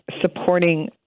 supporting